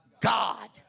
God